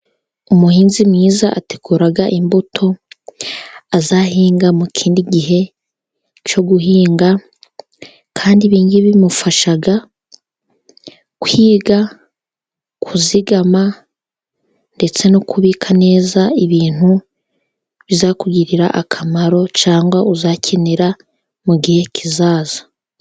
Umuhinzi mwiza ategura imbuto azahinga mu kindi gihe cyo guhinga, kandi ibi ngibi bimufasha kwiga kuzigama ndetse no kubika neza ibintu bizamugirira akamaro, cyangwa azakenera mu gihe kizaza.